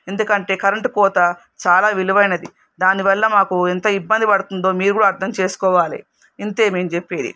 ఎందుకంటే కరెంట్ కోత చాలా విలువైనది దానివల్ల మాకు ఎంత ఇబ్బంది పడుతుందో మీరు కూడా అర్ధం చేసుకోవాలి ఇంతే మేము చెప్పేది